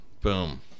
boom